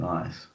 Nice